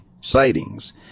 sightings